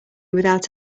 without